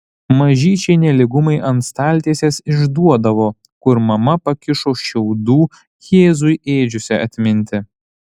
mažyčiai nelygumai ant staltiesės išduodavo kur mama pakišo šiaudų jėzui ėdžiose atminti